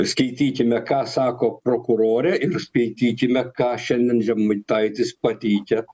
skaitykime ką sako prokurorė ir skaitykime ką šiandien žemaitaitis pateikia